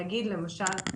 למשל,